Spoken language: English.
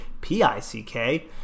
P-I-C-K